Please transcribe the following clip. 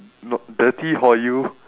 nope dirty hor you